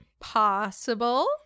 Possible